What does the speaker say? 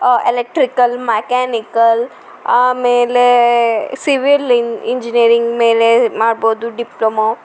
electrical mechanical ಆಮೇಲೆ civil engineering ಮೇಲೆ ಮಾಡ್ಬೋದು ಡಿಪ್ಲೊಮೋ